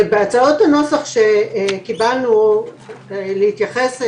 בהצעות הנוסח שקיבלנו להתייחסות,